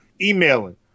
emailing